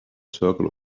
circle